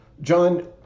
John